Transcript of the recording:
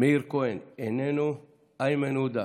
מאיר כהן, איננו, איימן עודה,